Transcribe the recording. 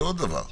דבר נוסף.